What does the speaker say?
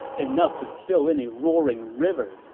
enough to fill in a roaring river.